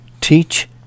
teach